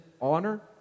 honor